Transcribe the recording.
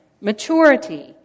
maturity